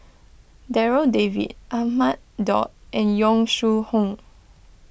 Darryl David Ahmad Daud and Yong Shu Hoong